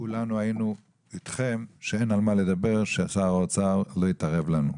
כולנו היינו איתכם בכך שאין על מה לדבר ששר האוצר לא יתערב לנו.